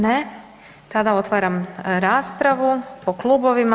Ne, tada otvaram raspravu po klubovima.